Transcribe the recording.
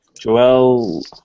Joel